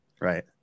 right